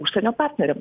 užsienio partneriam